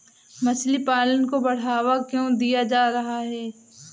मछली पालन को बढ़ावा क्यों दिया जा रहा है?